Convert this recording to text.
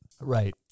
right